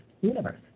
universe